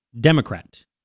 Democrat